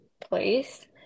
place